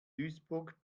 duisburg